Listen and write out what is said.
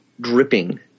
dripping